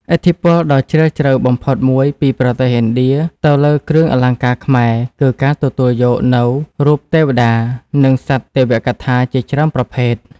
ឥទ្ធិពលដ៏ជ្រាលជ្រៅបំផុតមួយពីប្រទេសឥណ្ឌាទៅលើគ្រឿងអលង្ការខ្មែរ គឺការទទួលយកនូវរូបទេវតា និងសត្វទេវកថាជាច្រើនប្រភេទ។